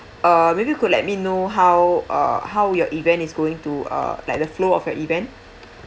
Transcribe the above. uh maybe you could let me know how uh how your event is going to uh like the flow of your event